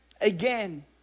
again